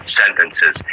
sentences